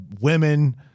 women